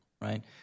right